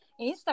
Instagram